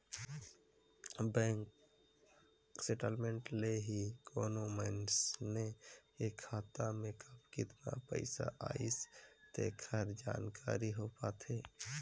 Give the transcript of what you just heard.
bank statement ले ही कोनो मइसने के खाता में कब केतना पइसा आइस तेकर जानकारी हो पाथे